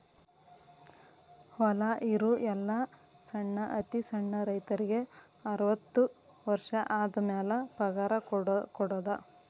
ಹೊಲಾ ಇರು ಎಲ್ಲಾ ಸಣ್ಣ ಅತಿ ಸಣ್ಣ ರೈತರಿಗೆ ಅರ್ವತ್ತು ವರ್ಷ ಆದಮ್ಯಾಲ ಪಗಾರ ಕೊಡುದ